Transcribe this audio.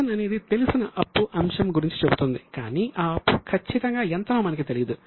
provision అనేది తెలిసిన అప్పు అంశం గురించి చెబుతుంది కానీ ఆ అప్పు ఖచ్చితంగా ఎంతనో మనకు తెలియదు